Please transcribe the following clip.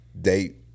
date